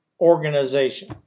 organization